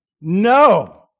no